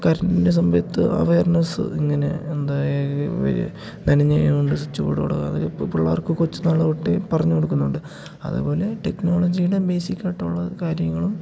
കറന്റിൻ്റെ സമയത്ത് അവയർനസ്സ് ഇങ്ങനെ എന്താണ് നനഞ്ഞ കൈകൊണ്ട് സ്വിച്ച് ബോര്ഡ് തൊടരുത് അതൊക്കെ പിള്ളാർക്ക് കൊച്ചുന്നാള് തൊട്ടേ പറഞ്ഞുകൊടുക്കുന്നുണ്ട് അതേപോലെ ടെക്നോളജിയുടെ ബേസിക്കായിട്ടുള്ള കാര്യങ്ങളും